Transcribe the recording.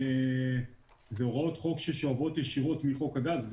אלה הוראות חוק ששואבות ישירות מחוק הגז.